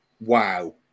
wow